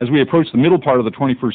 as we approach the middle part of the twenty first